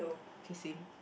okay same